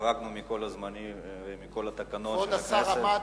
שחרגנו מכל הזמנים ומכל התקנון של הכנסת.